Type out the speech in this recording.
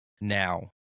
now